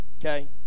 okay